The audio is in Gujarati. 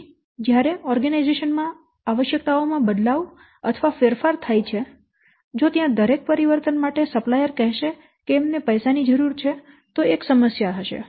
પછી જયારે સંગઠન માં આવશ્યકતાઓ માં બદલાવ અથવા ફેરફાર થાય છે જો ત્યાં દરેક પરિવર્તન માટે સપ્લાયર કહેશે કે એમને પૈસાની જરૂર છે તો તે એક સમસ્યા હશે